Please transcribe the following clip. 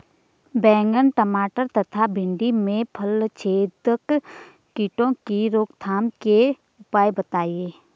बैंगन टमाटर तथा भिन्डी में फलछेदक कीटों की रोकथाम के उपाय बताइए?